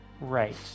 Right